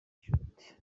ishoti